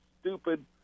stupid